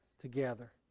together